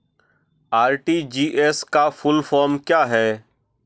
RTGS का full form क्या है?